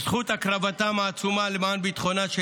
בזכות הקרבתם העצומה למען ביטחונה של